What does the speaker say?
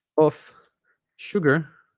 of sugar